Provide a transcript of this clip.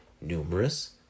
numerous